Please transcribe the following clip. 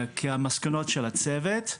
כי המסקנות של הצוות,